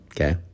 okay